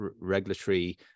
regulatory